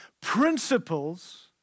principles